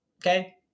Okay